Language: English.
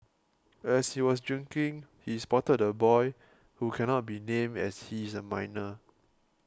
as he was drinking he spotted the boy who cannot be named as he is a minor